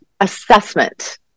Assessment